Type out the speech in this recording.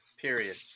period